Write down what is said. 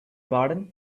pardon